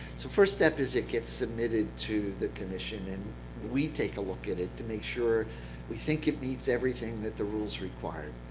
so first step is it gets submitted to the commission, and we take a look at it to make sure we think it meets everything that the rules require.